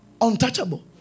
Untouchable